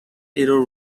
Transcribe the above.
error